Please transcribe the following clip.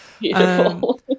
Beautiful